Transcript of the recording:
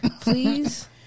please